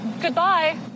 Goodbye